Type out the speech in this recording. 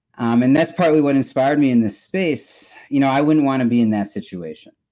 um and that's probably what inspired me in this space. you know, i wouldn't want to be in that situation.